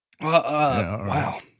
Wow